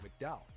McDowell